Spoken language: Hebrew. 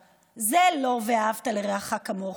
זה לא בני עקיבא, זה לא ואהבת לרעך כמוך,